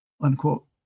unquote